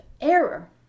error